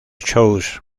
shows